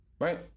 Right